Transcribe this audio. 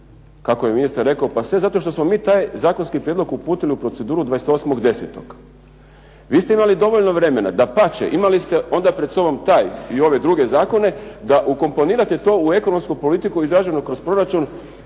kako je ministar rekao pa sve zato što smo mi taj zakonski prijedlog uputili u proceduru 28. 10. Vi ste imali dovoljno vremena, dapače, imali ste pred sobom taj i ove druge zakone da ukomponirate to u ekonomsku politiku izraženu kroz proračun